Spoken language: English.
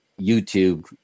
YouTube